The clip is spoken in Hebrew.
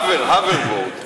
הבר, הברבורד.